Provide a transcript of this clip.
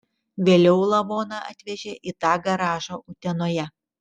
vėliau lavoną atvežė į tą garažą utenoje